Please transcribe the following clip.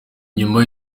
nyuma